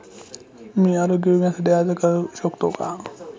मी आरोग्य विम्यासाठी अर्ज करू शकतो का?